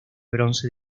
bronce